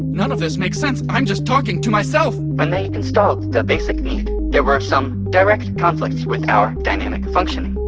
none of this makes sense, i'm just talking to myself when they installed the basic need, there were some direct conflicts with our dynamic functioning.